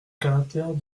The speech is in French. caractère